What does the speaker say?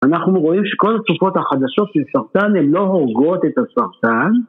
אנחנו רואים שכל התרופות החדשות של סרטן הן לא הורגות את הסרטן